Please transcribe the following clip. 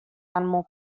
animal